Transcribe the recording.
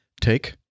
take